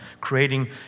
creating